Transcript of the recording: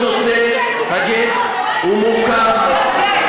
כל נושא הגט הוא מורכב.